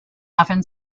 often